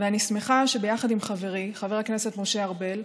ואני שמחה שביחד עם חברי חבר הכנסת משה ארבל,